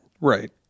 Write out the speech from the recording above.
right